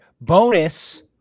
bonus